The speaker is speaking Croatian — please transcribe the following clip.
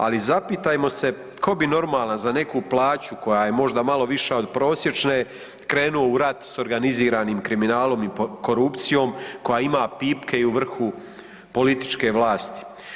Ali zapitajmo se tko bi normalan za neku plaća koja je možda malo viša od prosječne krenuo u rat sa organiziranim kriminalom i korupcijom koja ima pipke i u vrhu političke vlasti.